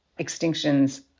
extinctions